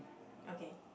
okay